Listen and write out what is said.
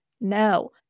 No